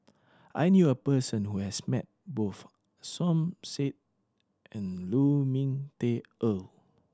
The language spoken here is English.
I knew a person who has met both Som Said and Lu Ming Teh Earl